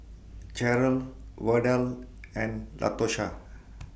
Cheryl Verdell and Latosha